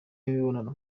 imibonano